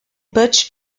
butch